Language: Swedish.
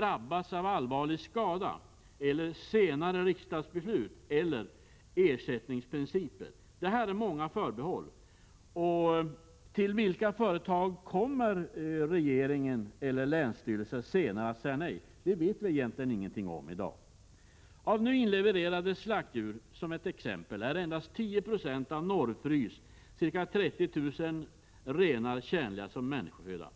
drabbats av allvarlig skada, och en hänvisning till senare riksdagsbeslut vad gäller ersättningsprinciper. Till vilka företag kommer regeringen eller länsstyrelserna senare att säga nej? Det vet vi ingenting om i dag. Av nu inlevererade slaktdjur är exempelvis endast 10 96 av Norrfrys ca 30 000 renar tjänliga som människoföda.